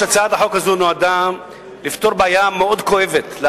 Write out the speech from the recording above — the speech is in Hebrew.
הצעת החוק הזאת נועדה לפתור בעיה כואבת מאוד